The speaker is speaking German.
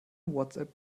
whatsapp